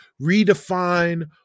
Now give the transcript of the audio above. redefine